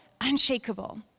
unshakable